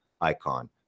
icon